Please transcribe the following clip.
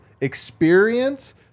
experience